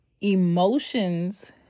Emotions